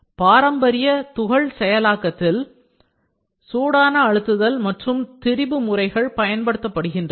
பாரம்பரிய தூள் செயலாக்கத்தில் சூடான அழுத்துதல் மற்றும் பிற திரிபு முறைகள் பயன்படுத்தப்படுகின்றன